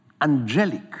angelic